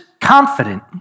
confident